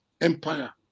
empire